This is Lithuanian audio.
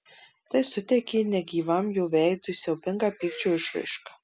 tai suteikė negyvam jo veidui siaubingą pykčio išraišką